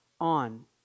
on